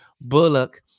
Bullock